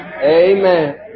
Amen